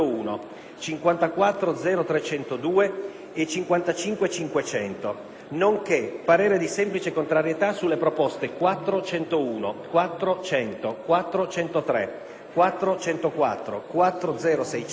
54.0.302 e 55.500, nonché parere di semplice contrarietà sulle proposte 4.101, 4.100, 4.103, 4.104,